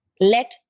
Let